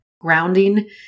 Grounding